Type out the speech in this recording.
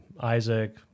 Isaac